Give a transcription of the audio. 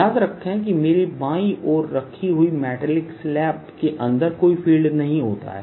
याद रखें कि मेरे बाईं ओर रखी हुई मैटेलिक स्लैब के अंदर कोई फील्ड नहीं होता है